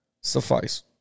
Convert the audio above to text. suffice